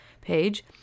page